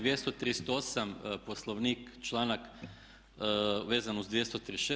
238 Poslovnik članak vezan uz 236.